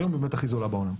היום באמת הכי זולה בעולם.